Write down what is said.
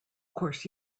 course